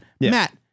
matt